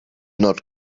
not